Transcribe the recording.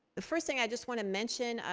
the first thing i just want to mention,